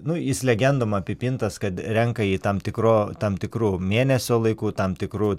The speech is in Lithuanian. nu jis legendom apipintas kad renka jį tam tikro tam tikru mėnesio laiku tam tikru